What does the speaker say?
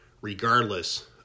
regardless